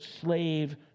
slave